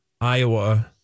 Iowa